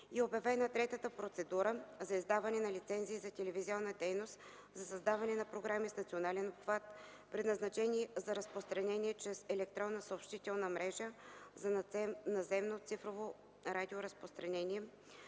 е обявена трета процедура за издаване на лицензии за телевизионна дейност за създаване на програми с национален обхват, предназначени за разпространение чрез електронна съобщителна мрежа за наземно цифрово радиоразпръскване,